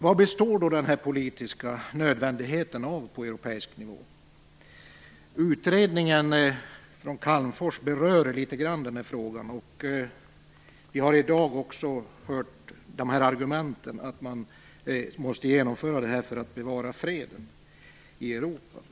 Vad består den politiska nödvändigheten av på europeisk nivå? Utredningen av Calmfors berör litet grand den här frågan. Vi har i dag hört argumentet att man måste genomföra det för att bevara freden i Europa.